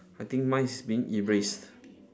I think mine is being erased